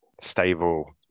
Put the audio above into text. stable